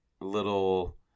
little